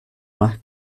más